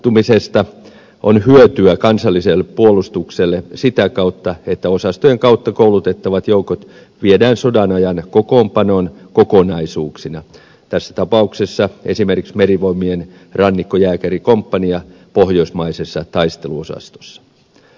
osallistumisesta on hyötyä kansalliselle puolustukselle sitä kautta että osastojen kautta koulutettavat joukot viedään sodan ajan kokoonpanon kokonaisuuksina tässä tapauksessa esimerkiksi merivoimien rannikkojääkärikomppania pohjoismaisessa taisteluosastossa